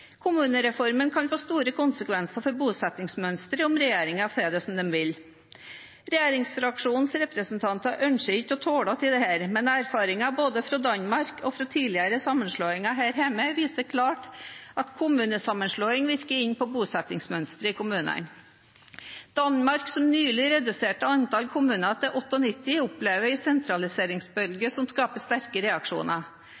Kommunereformen kan få store konsekvenser for bosettingsmønsteret om regjeringen får det som den vil. Regjeringsfraksjonens representanter ønsker ikke å snakke om dette, men erfaringer både fra Danmark og fra tidligere sammenslåinger her hjemme viser klart at kommunesammenslåing virker inn på bosettingsmønsteret i kommunene. Danmark, som nylig reduserte antallet kommuner til 98, opplever en sentraliseringsbølge som skaper sterke reaksjoner.